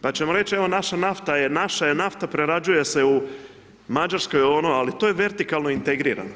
Pa ćemo reći evo naša nafta je, naša je nafta, prerađuje se u Mađarskoj ali to je vertikalno integrirano.